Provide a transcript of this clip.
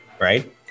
right